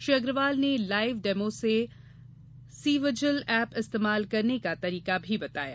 Shri Agarwal live लाईव डेमों से सीविजिल ऐप इस्तेमाल करने का तरीका भी बताया